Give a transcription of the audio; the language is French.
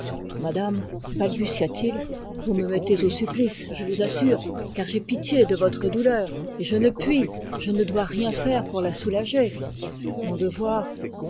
dit-il vous me mettez au supplice car j'ai pitié de votre douleur et je ne puis je ne dois rien faire pour la soulager mon devoir